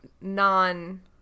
non